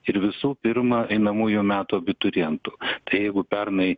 ir visų pirma einamųjų metų abiturientų tai jeigu pernai